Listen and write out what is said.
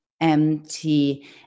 empty